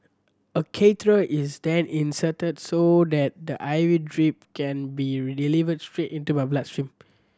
a catheter is then inserted so that the I V drip can be delivered straight into the blood stream